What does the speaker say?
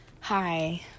Hi